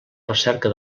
recerca